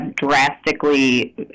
drastically